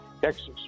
texas